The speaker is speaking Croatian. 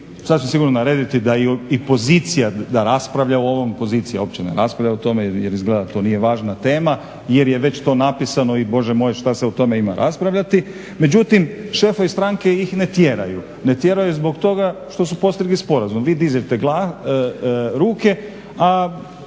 sasvim sigurno narediti da i pozicija da raspravlja o ovom. Pozicija uopće ne raspravlja o tome jer izgleda to nije važna tema, jer je već to napisano i Bože moj što se ima o tome raspravljati. Međutim, šefovi stranke ih ne tjeraju, ne tjeraju zbog toga što su postigli sporazum. Vi dižete ruke, a